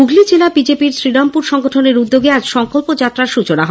হুগলী জেলা বিজেপির শ্রীরামপুর সংগঠনের উদ্যোগে আজ সংকল্প যাত্রা সৃচনা করা হয়